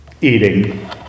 eating